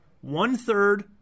One-third